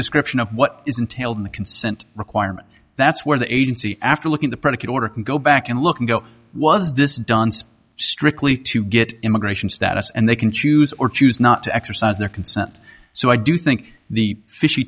description of what is entailed in the consent requirement that's where the agency after looking the predicate order can go back and look and go was this done strictly to get immigration status and they can choose or choose not to exercise their consent so i do think the fishy